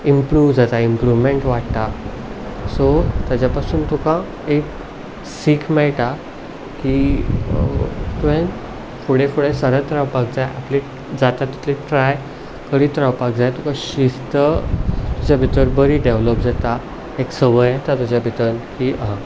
improve जाता improvement वाडटा so ताचे पासून तुका एक सीख मेळटा की तुवेन फुडें फुडें सरत रावपाक जाय आपली जाता तितली ट्राय करीत रावपाक जाय तुका शिस्त तुजे भितर बरी डॅवलप जाता एक संवय येता तुज्या भितर की